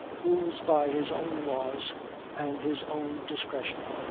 rules by his own laws and his own discretion.